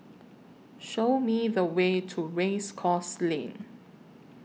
Show Me The Way to Race Course Lane